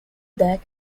that